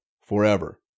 forever